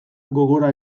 gogora